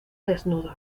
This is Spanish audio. desnudo